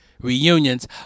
reunions